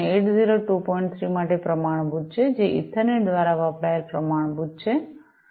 3 માટે પ્રમાણભૂત છે જે ઇથરનેટ દ્વારા વપરાયેલ પ્રમાણભૂત છે